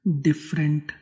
different